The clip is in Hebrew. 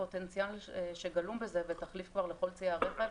הפוטנציאל שגלום בזה ותחליף כבר לכל ציי הרכב,